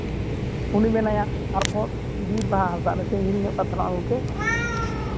ᱩᱱᱤ ᱢᱮᱱᱟᱭᱟ ᱛᱟᱨᱯᱚᱨ ᱵᱤᱨᱵᱟᱦᱟ ᱦᱟᱸᱥᱫᱟ ᱱᱟᱥᱮᱱᱟᱜ ᱦᱤᱲᱤᱧ ᱧᱚᱜ ᱟᱠᱟᱫ ᱛᱟᱦᱮᱱᱟ ᱜᱚᱝᱠᱮ